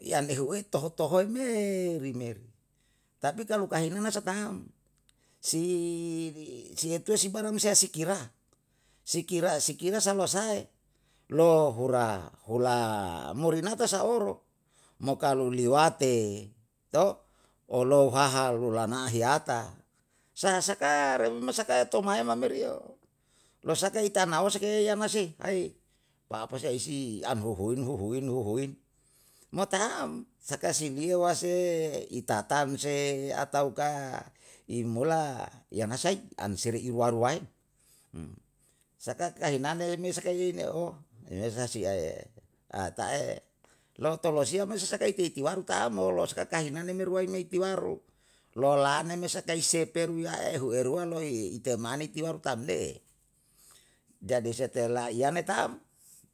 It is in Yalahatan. I an ehuwei toho tohoe me rimeu, tapi kalu kahinana sa tau. Si sietue sibarang me sia kira? Si kira si kira sa losae lo hura hula morinata so oro, mo kalu liwate olou haha lula na hiyata, sa'a sakarang memang sakae tomahema meri losaka ita nauwo se ke yama sei ai, papa sai si an huhuin huhuin huhuin, mo taam sakae si liyawase i tatam se ataukah i mola yanasai an seri'i waruwae? Saka kahinane me sa ke i meo, remesa si ata e loto losia me sasaka iti itiwaru taamlo kakahinane me ruai me itiwaru, lolane me saka i sepeu ruyae hueruwaloi itemani tiwaru tamne, jadi setelah yame taam,